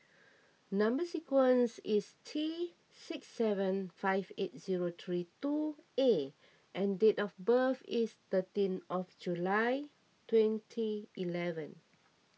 Number Sequence is T six seven five eight zero three two A and date of birth is thirteen of July twenty eleven